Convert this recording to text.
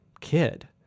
kid